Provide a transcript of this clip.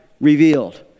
revealed